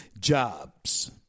jobs